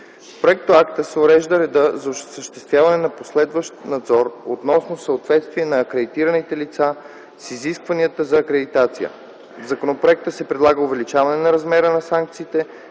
проектоакта се урежда редът за осъществяване на последващ надзор относно съответствие на акредитираните лица с изискванията за акредитация. В законопроекта се предлага увеличаване размера на санкциите